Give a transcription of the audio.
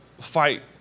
fight